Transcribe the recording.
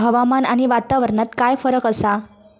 हवामान आणि वातावरणात काय फरक असा?